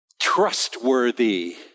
trustworthy